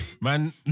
man